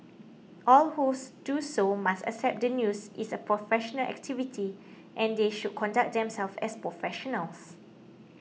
all who do so must accept that news is a professional activity and they should conduct themselves as professionals